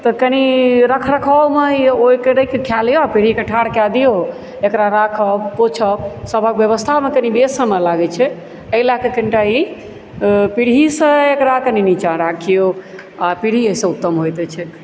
तऽ कनि रख रखावमे ओहिके रखिके खा लिअऽ पीढ़ीके ठाढ़ कए दियो एकरा राखब पोछब सबहक व्यवस्थामे कनि बेसि समय लागए छै एहि लए कऽ कनिटा ई पीढ़ीसंँ एकरा कनि नीचाँ राखियौ आ पीढ़ी एहिसँ उत्तम होयत अछि